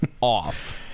off